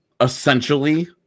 essentially